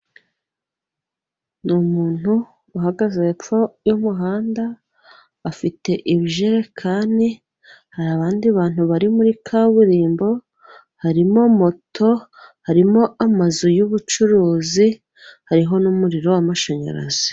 Ni umuntu uhagaze hepfo y'umuhanda afite ibijerekani hari abandi bantu bari muri kaburimbo, harimo moto harimo amazu yubucuruzi hariho n'umuriro wamashanyarazi.